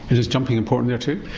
is jumping important there too?